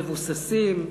מבוססים,